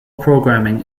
programming